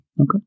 Okay